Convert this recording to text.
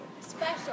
Special